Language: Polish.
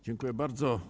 Dziękuję bardzo.